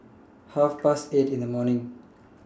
Half Past eight in The morning